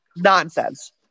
Nonsense